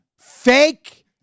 Fake